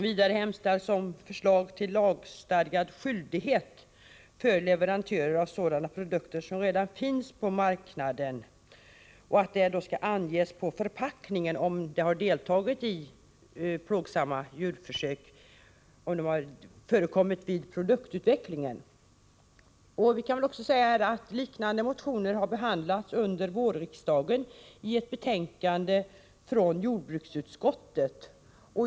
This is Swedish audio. Vidare hemställs om förslag till lagstadgad skyldighet för leverantörer av sådana produkter som redan finns på marknaden att på förpackningarna ange om plågsamma djurförsök har förekommit vid produktutvecklingen. Liknande motioner har behandlats under vårriksdagen i ett betänkande från jordbruksutskottet.